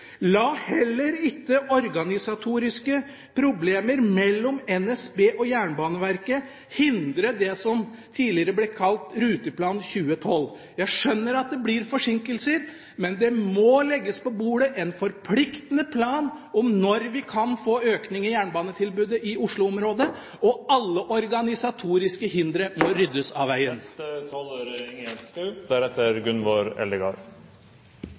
La heller ikke organisatoriske problemer mellom NSB og Jernbaneverket hindre det som tidligere ble kalt Ruteplan 2012. Jeg skjønner at det blir forsinkelser, men det må legges på bordet en forpliktende plan for når vi kan få økning i jernbanetilbudet i Oslo-området. Og alle organisatoriske hindre må ryddes av